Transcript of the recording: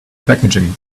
packaging